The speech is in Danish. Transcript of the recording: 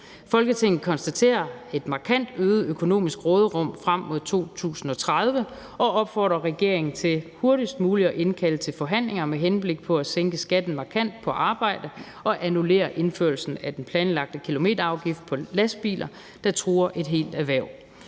Folketinget konstaterer et markant øget økonomisk råderum frem til 2030 og opfordrer regeringen til hurtigst muligt at indkalde til forhandlinger med henblik på at sænke skatten markant på arbejde og annullere indførelsen af den planlagte kilometerafgift på lastbiler, der truer et helt erhverv.